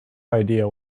idea